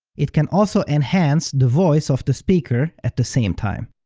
it can also enhance the voice of the speaker at the same time.